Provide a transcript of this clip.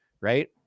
right